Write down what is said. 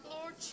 Lord